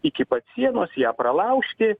iki pat sienos ją pralaužti